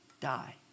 die